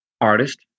artist